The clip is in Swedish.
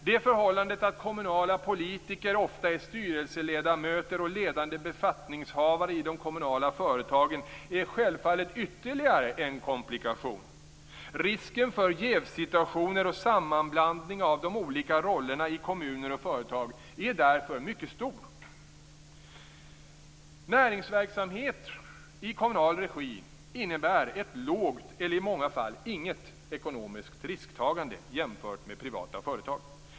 Det förhållandet att kommunala politiker ofta är styrelseledamöter och ledande befattningshavare i de kommunala företagen är självfallet ytterligare en komplikation. Risken för jävssituationer och sammanblandning av de olika rollerna i kommuner och företag är därför mycket stor. Näringsverksamhet i kommunal regi innebär ett lågt - eller i många fall inget - ekonomiskt risktagande jämfört med privata företag.